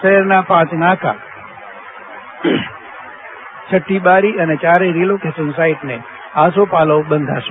શહેરના પાંચ નાકા છઠીબારી અને યારે રિલોકેશન સાઇટને આસોપાલવ બંધાશે